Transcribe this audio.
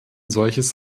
solches